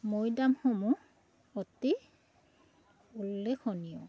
মৈদামসমূহ অতি উল্লেখনীয়